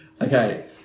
Okay